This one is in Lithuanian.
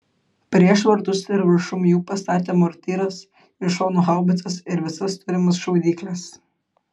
prieš vartus ir viršum jų pastatė mortyras iš šonų haubicas ir visas turimas šaudykles